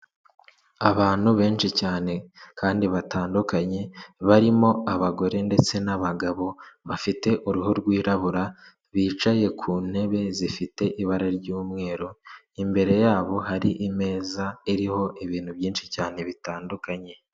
Abantu benshi cyane kandi batandukanye barimo abagore ndetse n'abagabo bafite uruhu rwirabura bicaye ku ntebe zifite ibara ry'umweru imbere yabo hari imeza iriho ibintu byinshi cyane bitandukanye.